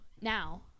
now